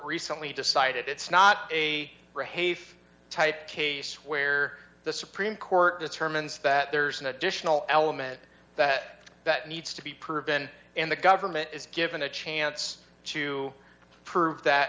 recently decided it's not a type case where the supreme court determines that there's an additional element that that needs to be proven and the government is given a chance to prove that